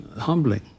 humbling